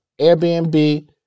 Airbnb